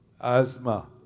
Asthma